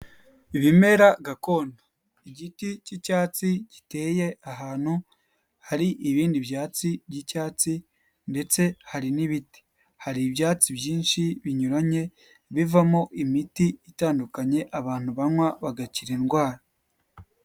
Ibimera gakondo igiti cy'icyatsi giteye ahantu hari ibindi byatsi by'icyatsi ndetse hari n'ibiti hari ibyatsi byinshi binyuranye bivamo imiti itandukanye abantu banywa bagakira indwara.